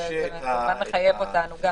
כי זה מחייב אותנו גם.